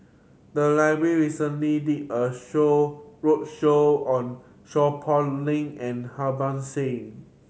the library recently did a show roadshow on Seow Poh Leng and Harban Singh